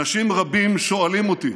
אנשים רבים שואלים אותי,